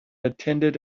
attended